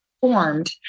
formed